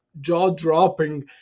jaw-dropping